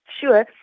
sure